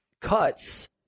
cuts